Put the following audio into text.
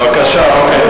בבקשה, אוקיי.